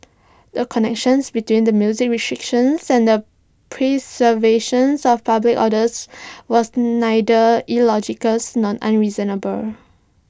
the connections between the music restriction and the preservation of public orders was neither illogical nor unreasonable